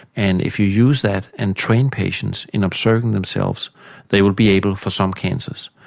and if you use that and train patients in observing themselves they will be able, for some cancers,